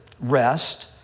rest